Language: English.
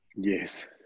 Yes